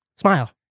Smile